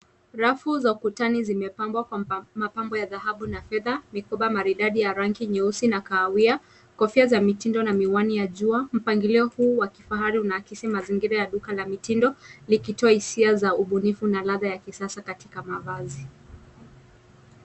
Rafu za kutani zimepambwa kwa mapambo ya dhahabu na fedha, mikoba maridadi ya rangi nyeusi na kahawia, kofia za mitindo na miwani ya jua. Mpangilio huu wa kifahari unaakisi mazingira ya duka la mitindo likitoa hisia za ubunifu na ladha za kisasa katika mavazi.